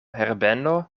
herbeno